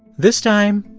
this time,